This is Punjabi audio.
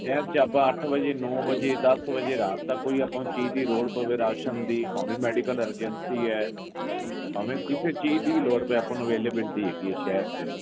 ਸ਼ਹਿਰ 'ਚ ਆਪਾਂ ਅੱਠ ਵਜੇ ਨੌਂ ਵਜੇ ਦਸ ਵਜੇ ਰਾਤ ਦਾ ਕੋਈ ਚੀਜ਼ ਦੀ ਲੋੜ ਪਵੇ ਰਾਸ਼ਨ ਦੀ ਭਾਵੇਂ ਮੈਡੀਕਲ ਅਰਜੈਂਸੀ ਆ ਭਾਵੇਂ ਕਿਸੇ ਚੀਜ਼ ਦੀ ਵੀ ਲੋੜ ਪਏ ਆਪਾਂ ਨੂੰ ਅਵੇਲੇਬਿਲਟੀ ਹੈਗੀ ਆ ਸ਼ਹਿਰ 'ਚ